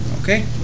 Okay